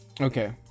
Okay